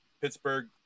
Pittsburgh